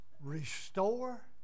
Restore